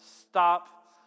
stop